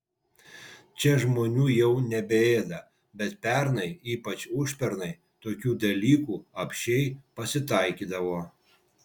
čia žmonių jau nebeėda bet pernai ypač užpernai tokių dalykų apsčiai pasitaikydavo